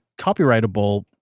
copyrightable